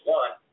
one